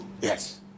yes